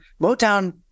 Motown